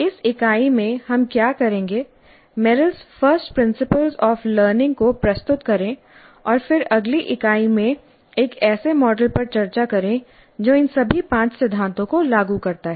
इस इकाई में हम क्या करेंगे Merrill's first principles of learning Merrill's First Principles of Learning को प्रस्तुत करें और फिर अगली इकाई में एक ऐसे मॉडल पर चर्चा करें जो इन सभी पांच सिद्धांतों को लागू करता है